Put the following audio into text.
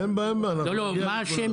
אין בעיה, אנחנו נגיע לכולם.